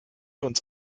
uns